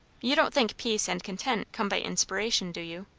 you don't think peace and content come by inspiration, do you?